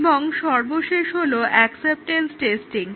এবং সর্বশেষ হলো অ্যাকসেপ্টেন্স টেস্টিং